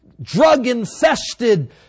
drug-infested